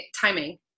timing